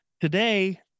today